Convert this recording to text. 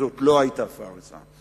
וזאת לא היתה פארסה.